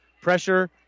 Pressure